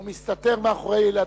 ומסתתר מאחורי ילדים,